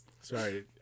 Sorry